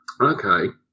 Okay